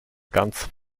ganzen